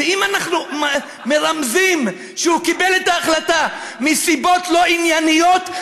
ואם אנחנו מרמזים שהוא קיבל את ההחלטה מסיבות לא ענייניות,